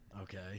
Okay